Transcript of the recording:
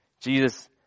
Jesus